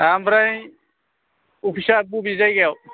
आमफ्राय अफिसा बबे जायगायाव